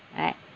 right